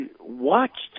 watched